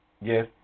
Yes